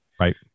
Right